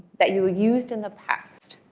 that you used in the past.